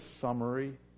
summary